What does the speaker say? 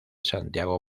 santiago